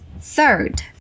Third